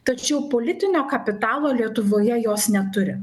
tačiau politinio kapitalo lietuvoje jos neturi